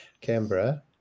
Canberra